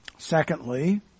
Secondly